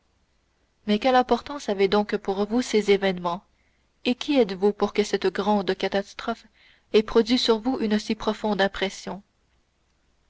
mais quelle importance avaient donc pour vous ces événements et qui êtes-vous pour que cette grande catastrophe ait produit sur vous une si profonde impression